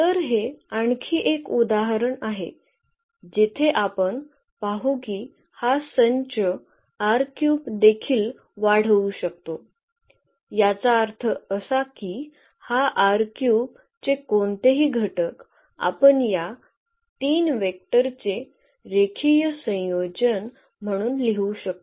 तर हे आणखी एक उदाहरण आहे जिथे आपण पाहू की हा संच देखील वाढवू शकतो याचा अर्थ असा की या चे कोणतेही घटक आपण या तीन वेक्टरचे रेखीय संयोजन म्हणून लिहू शकतो